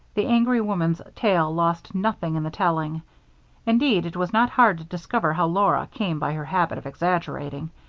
the angry woman's tale lost nothing in the telling indeed, it was not hard to discover how laura came by her habit of exaggerating.